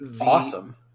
awesome